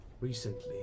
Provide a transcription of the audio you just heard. recently